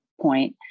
point